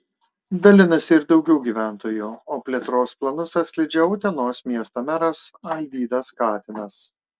dalinasi ir daugiau gyventojų o plėtros planus atskleidžia utenos miesto meras alvydas katinas